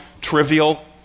trivial